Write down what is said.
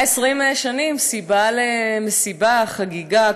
120 שנים, סיבה למסיבה, חגיגה.